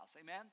amen